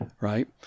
right